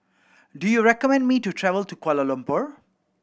do you recommend me to travel to Kuala Lumpur